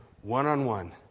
One-on-one